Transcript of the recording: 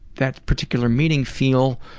that particular meeting, feel